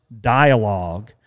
dialogue